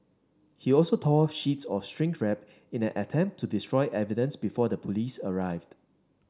he also tore sheets of shrink wrap in an attempt to destroy evidence before the police arrived